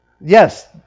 Yes